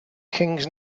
kings